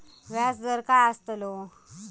व्याज दर काय आस्तलो?